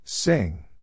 Sing